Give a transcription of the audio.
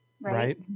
Right